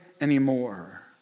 anymore